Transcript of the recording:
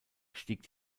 stieg